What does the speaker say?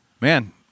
Man